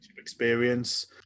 experience